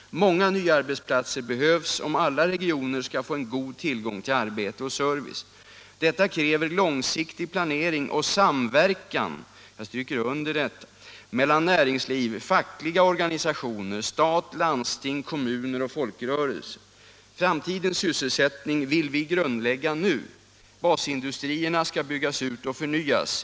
Många nya arbetsplatser behövs om alla regioner ska få en god tillgång till arbete och service. Detta kräver långsiktig planering och samverkan” — jag stryker under detta - ”mellan näringsliv, fackliga organisationer, stat, landsting, kommuner och folkrörelser. Framtidens sysselsättning vill vi grundlägga nu. Basindustrierna skall byggas ut och förnyas.